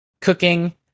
cooking